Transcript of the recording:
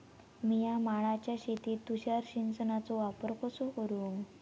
मिया माळ्याच्या शेतीत तुषार सिंचनचो वापर कसो करू?